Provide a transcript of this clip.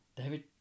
David